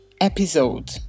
episode